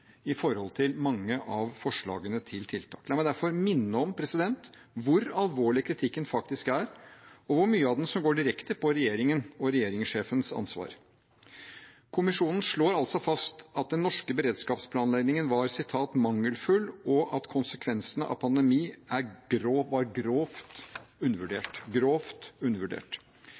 mange av forslagene til tiltak. La meg derfor minne om hvor alvorlig kritikken faktisk er, og hvor mye av den som går direkte på regjeringen og regjeringssjefens ansvar. Kommisjonen slår fast at den norske beredskapsplanleggingen var «mangelfull», og at konsekvensene av pandemi var «grovt undervurdert». En global pandemi har i tiår vært den krisen vi visste var